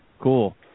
cool